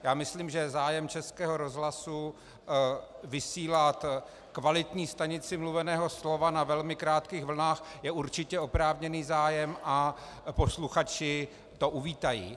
Já myslím, že zájem Českého rozhlasu vysílat kvalitní stanici mluveného slova na velmi krátkých vlnách je určitě oprávněný zájem a posluchači to uvítají.